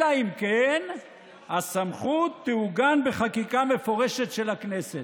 אלא אם כן הסמכות תעוגן בחקיקה מפורשת של הכנסת.